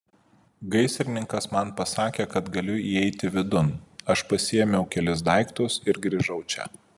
gaisrininkas man pasakė kad galiu įeiti vidun aš pasiėmiau kelis daiktus ir grįžau čia